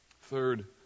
Third